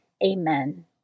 Amen